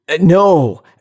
no